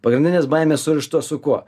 pagrindinės baimės surištos su kuo